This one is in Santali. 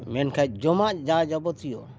ᱢᱮᱱᱠᱷᱟᱱ ᱡᱚᱢᱟᱜ ᱡᱟ ᱡᱟᱵᱚᱛᱤᱭᱚ